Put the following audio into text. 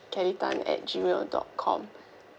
kelly tan at gmail dot com